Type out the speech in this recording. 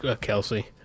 Kelsey